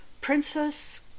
Princess